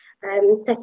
Setting